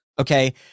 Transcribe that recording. okay